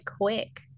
quick